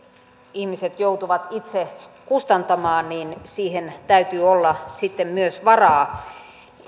ihmiset joutuvat itse kustantamaan matkakustannukset niin siihen täytyy olla sitten myös varaa